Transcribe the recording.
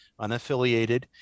unaffiliated